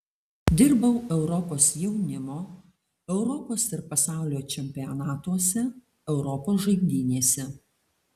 dirbau europos jaunimo europos ir pasaulio čempionatuose europos žaidynėse